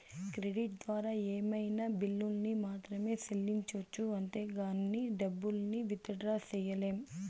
credit ద్వారా ఏమైనా బిల్లుల్ని మాత్రమే సెల్లించొచ్చు అంతేగానీ డబ్బుల్ని విత్ డ్రా సెయ్యలేం